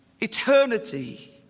eternity